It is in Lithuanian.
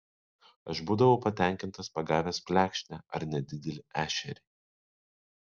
aš būdavau patenkintas pagavęs plekšnę ar nedidelį ešerį